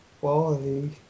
quality